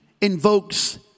invokes